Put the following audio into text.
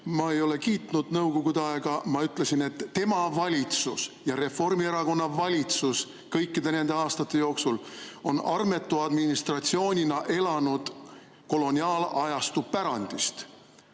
Ma ei ole kiitnud nõukogude aega. Ma ütlesin, et tema valitsus, Reformierakonna valitsus on kõikide nende aastate jooksul armetu administratsioonina elanud koloniaalajastu pärandist.